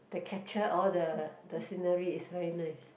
the capture all the the scenery is very nice